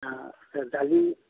অঁ দালি